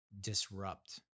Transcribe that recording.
disrupt